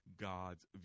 God's